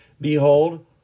Behold